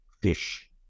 fish